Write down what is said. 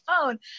phone